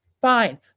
Fine